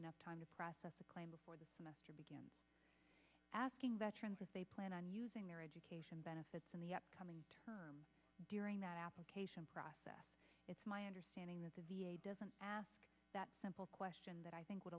enough time to process the claim before the semester began asking veterans if they plan on using their education benefits in the upcoming term during that application process it's my understanding that the v a doesn't ask that simple question that i think would